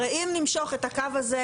הרי אם נמשוך את הקו הזה,